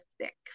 thick